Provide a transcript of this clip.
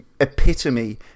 epitome